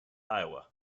iowa